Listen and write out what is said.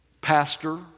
pastor